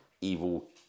evil